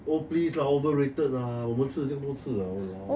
oh please lah overrated lah 我都吃了这么多次了 !walao!